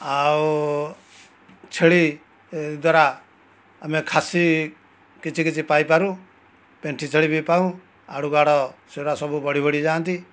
ଆଉ ଛେଳି ଦ୍ୱାରା ଆମେ ଖାସି କିଛି କିଛି ପାଇପାରୁ ପେଣ୍ଠି ଛେଳି ବି ପାଉ ଆଡ଼କୁ ଆଡ଼ ସେଗୁଡା ସବୁ ବଢ଼ି ବଢ଼ି ଯାଆନ୍ତି